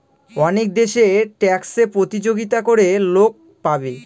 অনেক দেশে ট্যাক্সে প্রতিযোগিতা করে লোক পাবে